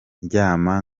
ndyama